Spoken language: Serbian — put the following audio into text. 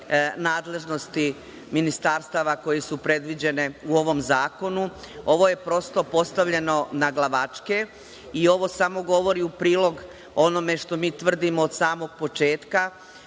nadležnosti ministarstva koje su predviđene u ovom zakonu. Ovo je prosto postavljeno naglavačke, i ovo samo govori u prilog onome što mi tvrdimo od samog početka,